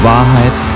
Wahrheit